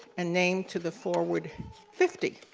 and named to the forward fifty.